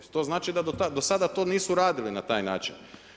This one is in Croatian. To znači da do sada nisu radili na taj način.